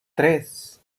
tres